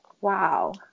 Wow